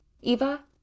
Eva